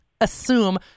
assume